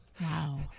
Wow